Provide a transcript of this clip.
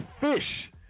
fish